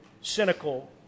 cynical